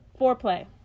Foreplay